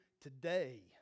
today